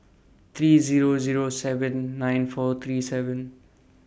three Zero Zero seven nine four three seven